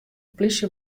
plysje